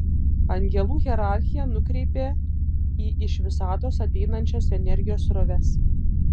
angelų hierarchija nukreipia į iš visatos ateinančias energijos sroves